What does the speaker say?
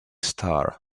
star